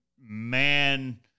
man